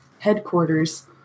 headquarters